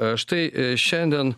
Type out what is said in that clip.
štai šiandien